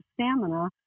stamina